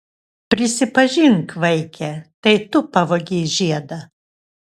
prisipažink vaike tai tu pavogei žiedą